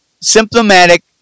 symptomatic